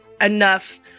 enough